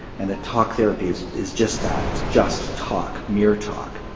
and that talk therapy is is just that, it's just talk, mere talk.